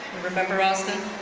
remember austin?